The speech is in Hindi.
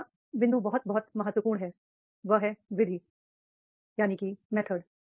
तीसरा बिंदु बहुत बहुत महत्वपूर्ण है वह है मेथड